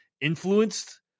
influenced